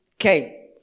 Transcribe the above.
Okay